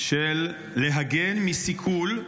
של להגן מסיכול,